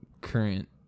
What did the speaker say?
current